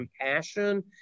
compassion